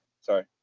sorry